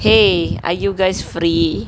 !hey! are you guys free